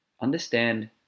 understand